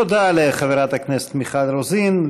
תודה לחברת הכנסת מיכל רוזין.